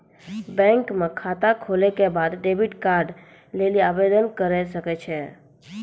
bank म खाता खोलला के बाद डेबिट कार्ड लेली आवेदन करै सकै छौ